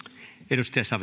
arvoisa